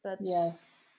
Yes